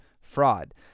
fraud